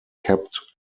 kept